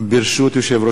בעד, 11,